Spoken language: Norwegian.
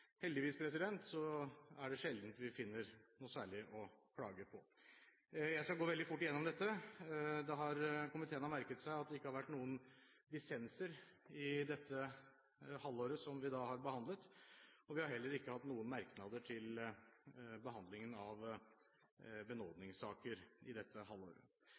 heldigvis er det sjelden vi finner noe særlig å klage på. Jeg skal gå veldig fort gjennom dette. Komiteen har merket seg at det ikke har vært noen dissenser i det halvåret som vi har behandlet, og vi har heller ikke hatt noen merknader til behandlingen av benådningssaker i dette halvåret.